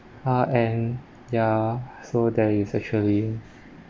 uh and ya so there is actually